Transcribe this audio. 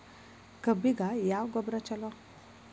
ಕಬ್ಬಿಗ ಯಾವ ಗೊಬ್ಬರ ಛಲೋ?